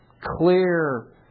clear